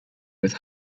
with